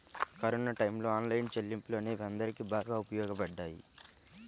corona టైయ్యంలో online చెల్లింపులు అనేవి అందరికీ బాగా ఉపయోగపడ్డాయి